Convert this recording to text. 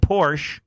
Porsche